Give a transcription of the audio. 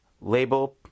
label